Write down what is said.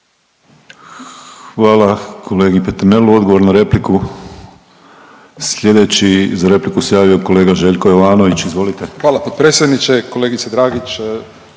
Hvala kolegi Peternelu. Odgovor na repliku. Slijedeći za repliku se javio kolega Željko Jovanović. Izvolite. **Jovanović, Željko (SDP)**